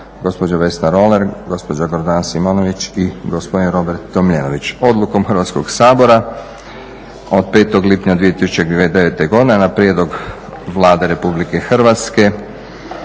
gospođa Vesna Roller, gospođa Gordana Simonović i gospodin Robert Tomljenović. Odlukom Hrvatskog sabora od 5.lipnja 2009.godine na prijedlog Vlade RH Damir Hajduk